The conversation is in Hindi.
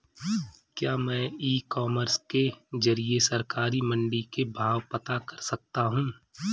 क्या मैं ई कॉमर्स के ज़रिए सरकारी मंडी के भाव पता कर सकता हूँ?